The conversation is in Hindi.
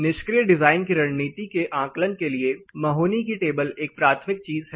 निष्क्रिय डिजाइन की रणनीति के आकलन के लिए महोनी की टेबल Mahoneys tables एक प्राथमिक चीज है